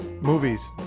movies